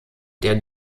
der